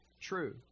true